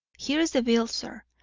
here's the bill, sir.